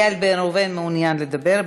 בן ראובן מעוניין לדבר.